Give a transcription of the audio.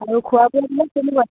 আৰু খোৱা বোৱাবিলাক কেনেকুৱা